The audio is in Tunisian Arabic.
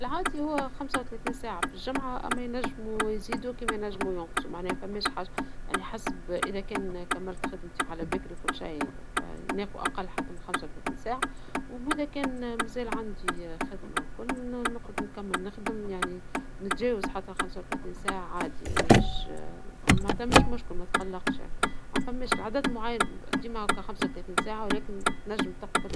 العادي هو خمسة وثلاثين ساعة في الجمعة أما ينجمو يزيدو كما ينجمو ينقصو معناها مفماش حاجة ، يعني حسب اذا كان كملت خدمتي على البكري وكل شي فناخو أقل حتى من خمسة وثلاثين ساعة واذا كان عندي مازال خدمة والكل نقعد نكمل نخدم يعني نتجاوز حتى خمسة وثلاثين ساعة عادي معناتها مش مشكل متقلقش ، العدد المعين ديما هكا خمسة وثلاثين ساعة ولكن تنجم.